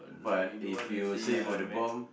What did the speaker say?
but if you say for the bomb